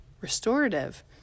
restorative